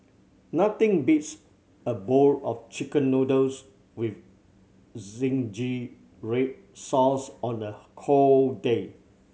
nothing beats a bowl of Chicken Noodles with zingy red sauce on a cold day